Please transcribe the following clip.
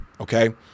okay